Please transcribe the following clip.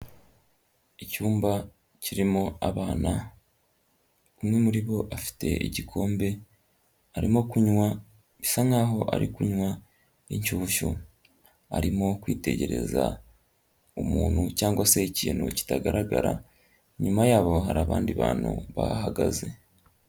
Icyumba kirimo abana umwe muri bo afite igikombe arimo kunywa bisa nk'aho ari kunywa inshyushyu arimo kwitegereza umuntu cyangwa se ikintu kitagaragara, inyuma yabo hari abandi bantu bahahagaze.